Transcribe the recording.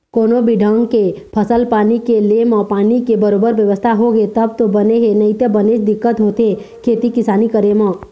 कोनो भी ढंग के फसल पानी के ले म पानी के बरोबर बेवस्था होगे तब तो बने हे नइते बनेच दिक्कत होथे खेती किसानी करे म